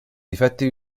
difetti